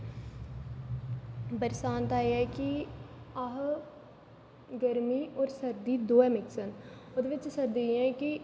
बरंसात च के है कि अस गर्मी और सर्दी दोऐ मिक्स न ओहदे बिच सर्दी च एह् है कि